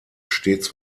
stets